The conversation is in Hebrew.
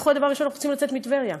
דבר ראשון, אנחנו רוצים לצאת מטבריה.